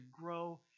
grow